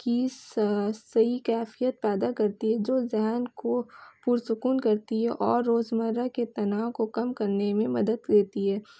کی صحیح کیفیت پیدا کرتی ہے جو ذہن کو پرسکون کرتی ہے اور روزمرہ کے تناؤ کو کم کرنے میں مدد دیتی ہے